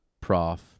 prof